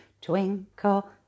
Twinkle